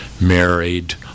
married